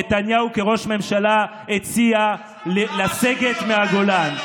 נתניהו כראש ממשלה הציע לסגת מהגולן.